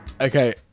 Okay